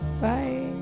bye